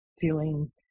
feeling